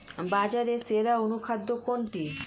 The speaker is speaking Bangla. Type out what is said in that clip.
বাজারে সেরা অনুখাদ্য কোনটি?